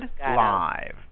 live